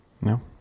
No